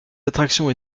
attractions